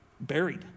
buried